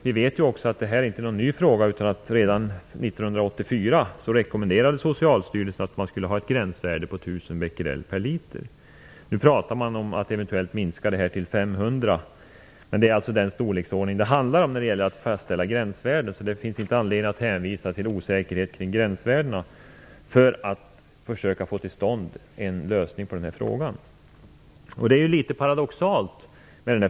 Vi vet också att detta inte är någon ny fråga, utan redan 1984 rekommenderade Socialstyrelsen ett gränsvärde på 1 000 becquerel per liter. Nu talar man om att eventuellt minska det till 500 becquerel, men det är alltså den storleksordningen det handlar om när det gäller att fastställa gränsvärde. Det finns ingen anledning till att hänvisa till osäkerhet vid gränsvärdena när det gäller att få till stånd en lösning i denna fråga. Det hela är litet paradoxalt.